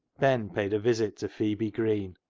ben paid a visit to phebe green.